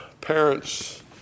parents